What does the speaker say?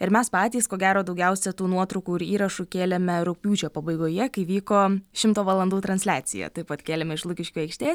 ir mes patys ko gero daugiausia tų nuotraukų ir įrašų kėlėme rugpjūčio pabaigoje kai vyko šimto valandų transliacija taip pat kėlėme iš lukiškių aikštės